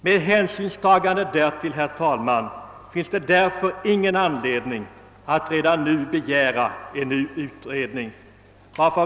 Med hänsynstagande därtill, herr talman, finns det ingen anledning att redan nu kräva en ny utredning.